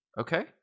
Okay